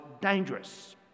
dangerous